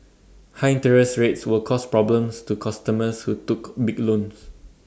high interest rates will cause problems to customers who took big loans